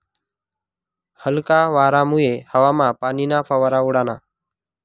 हलका वारामुये हवामा पाणीना फवारा उडना